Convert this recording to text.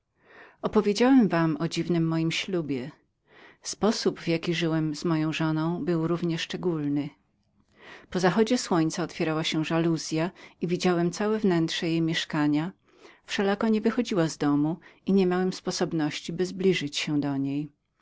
opowiedziałem wam dziwne moje małżeństwo sposób jakim żyłem z moją żoną był równie szczególnym po zachodzie słońca żaluzya się otwierała i widziałem całe wnętrze jej mieszkania w nocy nie wychodziła i nie miałem sposobności zbliżenia się do niej